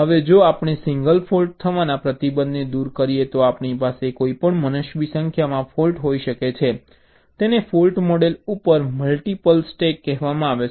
હવે જો આપણે સિંગલ ફૉલ્ટ થવાના પ્રતિબંધને દૂર કરીએ તો આપણી પાસે કોઈપણ મનસ્વી સંખ્યામાં ફૉલ્ટ થઈ શકે છે તેને ફૉલ્ટ મોડલ ઉપર મલ્ટિપલ સ્ટક કહેવામાં આવે છે